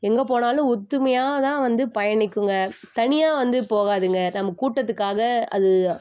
எங்கே போனாலும் ஒற்றுமையாதான் வந்து பயணிக்குங்க தனியாக வந்து போகாதுங்க நம்ம கூட்டத்துக்காக அது